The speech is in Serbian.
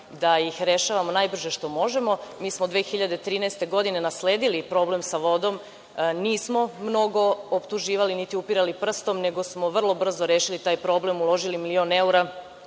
da ih rešava najbrže što možemo. Mi smo 2013. godine nasledili problem sa vodom. Nismo mnogo optuživali, niti upirali prstom, nego smo vrlo brzo rešili taj problem, uložili milion evra